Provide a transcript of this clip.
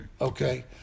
Okay